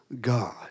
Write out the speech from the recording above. God